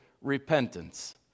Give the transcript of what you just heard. repentance